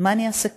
מה אני אעשה קודם.